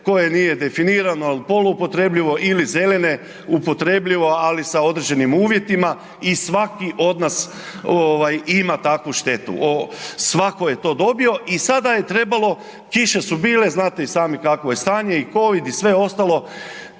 koje nije definirano, al „poluupotrebljivo“ ili zeleno „upotrebljivo“, ali sa određenim uvjetima i svaki od nas ovaj ima takvu štetu, svako je to dobio i sada je trebalo, kiše su bile, znate i sami kakvo je stanje i covid i sve ostalo,